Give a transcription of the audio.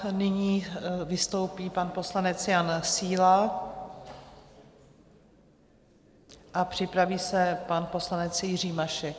Nyní vystoupí pan poslanec Jan Síla a připraví se pan poslanec Jiří Mašek.